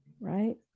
right